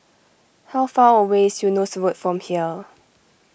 how far away is Eunos Road from here